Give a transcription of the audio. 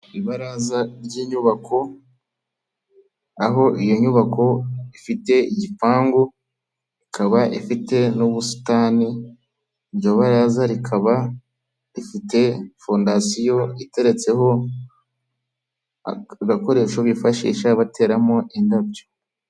Ibaraza ry'inyubako, aho iyo nyubako ifite igipangu, ikaba ifite n'ubusitani, iryo baraza rikaba rifite fondasiyo iteretseho agakoresho bifashisha bateramo indabyo.